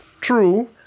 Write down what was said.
True